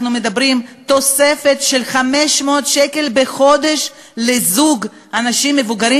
אנחנו מדברים על תוספת של 500 שקל בחודש לזוג אנשים מבוגרים.